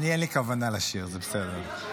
לי אין כוונה לשיר, זה בסדר.